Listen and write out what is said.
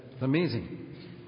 Amazing